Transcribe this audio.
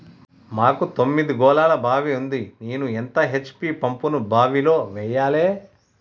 మాకు తొమ్మిది గోళాల బావి ఉంది నేను ఎంత హెచ్.పి పంపును బావిలో వెయ్యాలే?